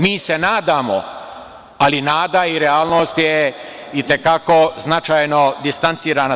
Mi se nadamo, ali nada i realnost je i te kako značajno distancirana.